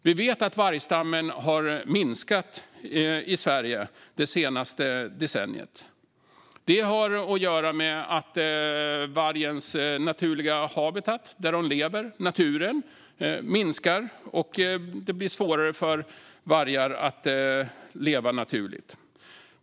Vi vet att vargstammen har minskat i Sverige det senaste decenniet. Det har att göra med att vargens naturliga habitat, där de lever, naturen, minskar. Det blir svårare för vargar att leva naturligt.